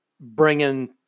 bringing